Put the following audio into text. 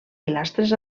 pilastres